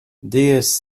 déesse